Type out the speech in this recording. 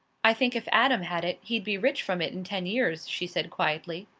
i think if adam had it he'd be rich from it in ten years, she said, quietly.